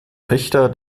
richter